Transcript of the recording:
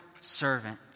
servant